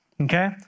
Okay